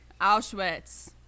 Auschwitz